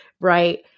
right